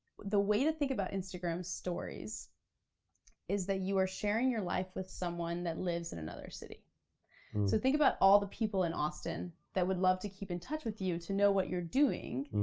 the way to think about instagram stories is that you are sharing your life with someone that lives in another city. so think about all the people in austin that would love to keep in touch with you to know what you're doing,